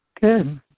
Good